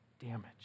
Damage